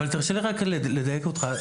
אבל תרשה לי רק לדייק אותך,